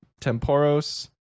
Temporos